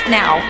now